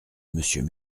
monsieur